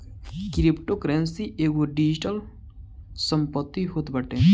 cryptocurrency एगो digital संपत्ति होत बाटे